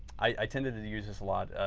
i tended to to use this a lot.